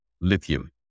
lithium